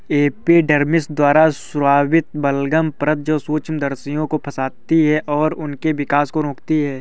epidermis द्वारा स्रावित बलगम परत जो सूक्ष्मजीवों को फंसाती है और उनके विकास को रोकती है